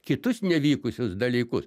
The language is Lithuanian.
kitus nevykusius dalykus